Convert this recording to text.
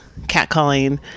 catcalling